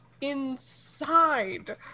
inside